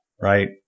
right